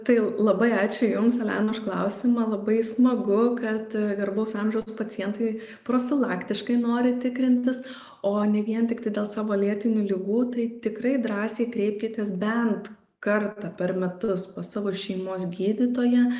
tai labai ačiū jums elena už klausimą labai smagu kad garbaus amžiaus pacientai profilaktiškai nori tikrintis o ne vien tiktai dėl savo lėtinių ligų tai tikrai drąsiai kreipkitės bent kartą per metus pas savo šeimos gydytoją